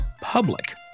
public